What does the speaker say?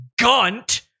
gunt